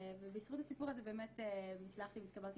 ובזכות הסיפור הזה באמת הצלחתי והתקבלתי